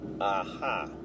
Aha